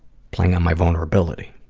playing on my vulnerabilities.